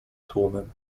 tłumem